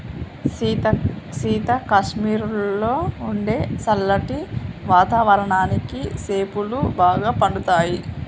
సీత కాశ్మీరులో ఉండే సల్లటి వాతావరణానికి సేపులు బాగా పండుతాయి